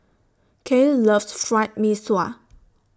Cael loves Fried Mee Sua